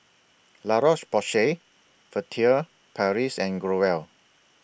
La Roche Porsay Furtere Paris and Growell